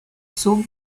sub